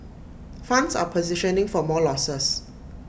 funds are positioning for more losses